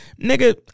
nigga